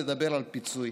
לדבר על פיצוי.